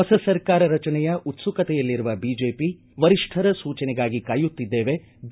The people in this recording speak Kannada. ಹೊಸ ಸರ್ಕಾರ ರಚನೆಯ ಉತ್ಸುಕತೆಯಲ್ಲಿರುವ ಬಿಜೆಪಿ ವರಿಷ್ಠರ ಸೂಚನೆಗಾಗಿ ಕಾಯುತ್ತಿದ್ದೇವೆ ಬಿ